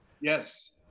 Yes